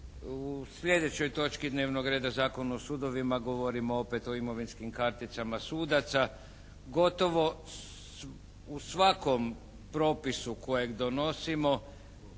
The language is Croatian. u sljedećoj točki dnevnog reda Zakon o sudovima govorimo opet o imovinskim karticama sudaca. Gotovo u svakom propisu kojeg donosimo,